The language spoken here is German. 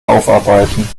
aufarbeiten